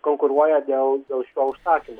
konkurse konkuruoja dėl dėl šio užsakymo